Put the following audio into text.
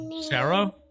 Sarah